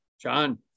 John